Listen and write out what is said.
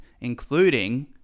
including